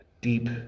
deep